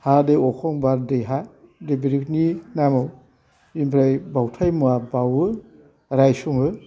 हा दै अख्रां बार दै हा बे दै बिरिनि नामाव बेनिफ्राय बावथाय मुवा बावो रायसङो